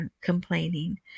complaining